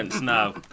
now